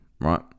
right